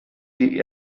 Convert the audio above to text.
die